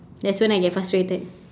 that's when I get frustrated